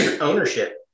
ownership